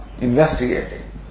investigating